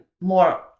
more